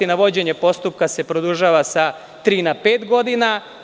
Navođenje postupka se produžava sa tri na pet godina.